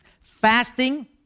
Fasting